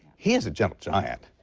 he is a gentle giant.